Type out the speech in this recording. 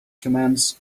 commands